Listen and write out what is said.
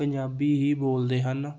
ਪੰਜਾਬੀ ਹੀ ਬੋਲਦੇ ਹਨ